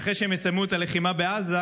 אחרי שהם יסיימו את הלחימה בעזה,